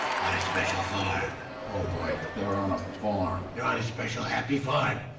on a special farm oh boy. they're on a farm? they're on a special happy farm,